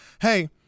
hey